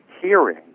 hearing